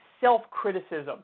self-criticism